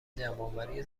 جمعآوری